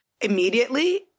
immediately